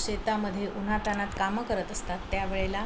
शेतामध्ये उन्हातान्हात कामं करत असतात त्यावेळेला